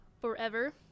forever